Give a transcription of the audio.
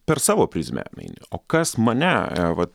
per savo prizmę eini o kas mane vat